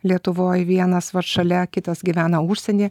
lietuvoj vienas vat šalia kitas gyvena užsieny